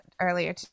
earlier